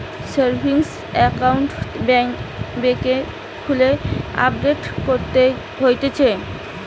savings account বেংকে খুললে update করতে হতিছে